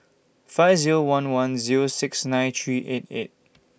five Zero one one Zero six nine three eight eight